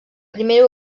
primera